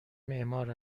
معمار